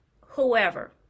whoever